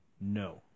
no